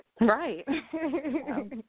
Right